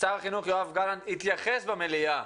שר החינוך יואב גלנט התייחס במליאה